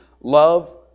love